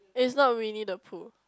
it's not Winnie-the-Pooh